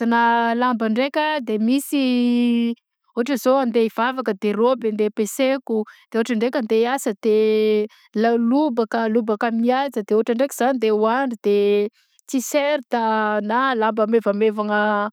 Karazana lamba ndraika de misy ôhatra zao hoe andeha ivavaka de raoby andeha ampesaiko de ôhatra ndraika andeha hiasa de de la- lobaka lobaka mihaja de ôhatra ndraiky za andeha hoandry de t-shirt na lamba mevamevagna